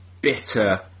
bitter